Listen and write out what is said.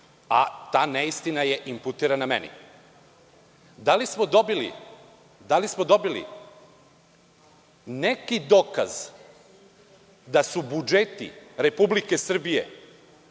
a ta neistina je imputirana. Da li smo dobili neki dokaz da su budžeti Republike Srbije